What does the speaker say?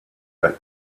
their